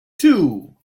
two